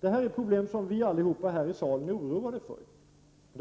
Det här är problem som vi alla här i salen är oroliga för,